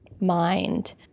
mind